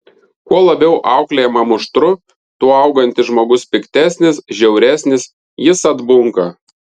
kuo labiau auklėjama muštru tuo augantis žmogus piktesnis žiauresnis jis atbunka